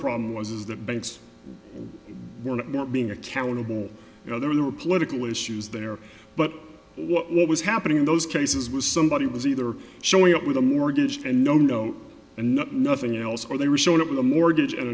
problem was is that banks were not being accountable you know there were political issues there but what was happening in those cases was somebody was either showing up with a mortgage and no no and no nothing else or they were showing up with a mortgage and